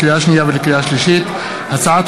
לקריאה שנייה ולקריאה שלישית: הצעת